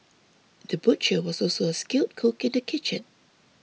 the butcher was also a skilled cook in the kitchen